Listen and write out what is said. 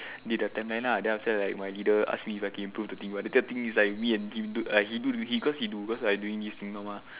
did the timeline lah then after that like my leader ask me if I can improve the thing but the thing is like me and him do like he do the he cause he do cause I doing this thing mah